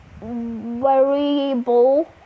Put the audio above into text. variable